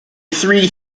three